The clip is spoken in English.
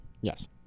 Yes